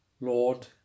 Lord